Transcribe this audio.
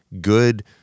good